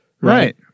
Right